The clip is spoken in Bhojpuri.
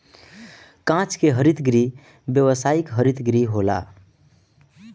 कांच के हरित गृह व्यावसायिक हरित गृह होला